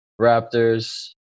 Raptors